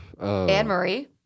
Anne-Marie